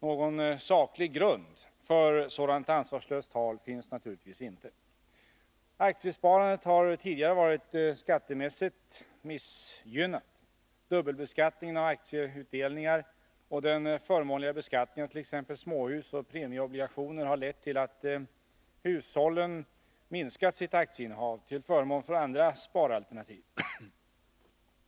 Någon saklig grund för sådant ansvarslöst tal finns naturligtvis inte. Aktiesparandet har tidigare varit skattemässigt missgynnat. Dubbelbeskattningen av aktieutdelningar och den förmånliga beskattningen av t.ex. småhus och premieobligationer har lett till att hushållen minskat sitt aktieinnehav till förmån för andra sparalternativ.